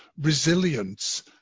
resilience